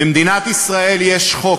במדינת ישראל יש חוק,